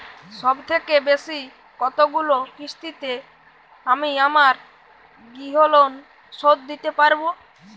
সবথেকে বেশী কতগুলো কিস্তিতে আমি আমার গৃহলোন শোধ দিতে পারব?